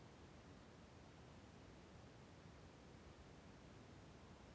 ಭಾರತದಲ್ಲಿ ಪಶುಸಾಂಗೋಪನೆಗೆ ಜಾಸ್ತಿ ಪ್ರಾಮುಖ್ಯತೆ ಇಲ್ಲ ಯಾಕೆ?